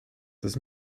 das